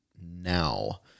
now